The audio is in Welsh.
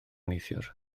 neithiwr